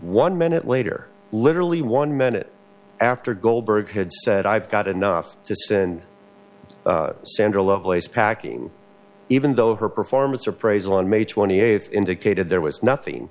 one minute later literally one minute after goldberg had said i've got enough to send sandra lovelace packing even though her performance appraisal on may twenty eighth indicated there was nothing